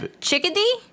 Chickadee